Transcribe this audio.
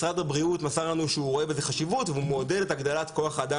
משרד הבריאות מסר לנו שהוא רואה בזה חשיבות והוא מעודד את הגדלת כוח האדם